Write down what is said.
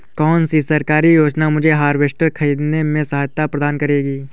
कौन सी सरकारी योजना मुझे हार्वेस्टर ख़रीदने में सहायता प्रदान करेगी?